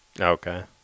Okay